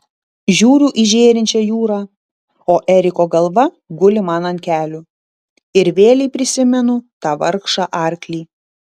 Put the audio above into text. žiūriu į žėrinčią jūrą o eriko galva guli man ant kelių ir vėlei prisimenu tą vargšą arklį